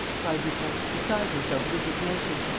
cried lupin, beside himself with indignation.